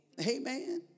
Amen